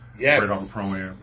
Yes